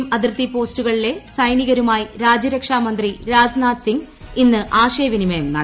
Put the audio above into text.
സിക്കിം അതിർത്തി പോസ്റ്റുകളിലെ ഐസ്നികരുമായി രാജ്യരക്ഷാ മന്ത്രി രാജ്നാഥ് സിംഗ് ഇന്ന് ആശയവിനിമയം നടത്തും